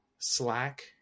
Slack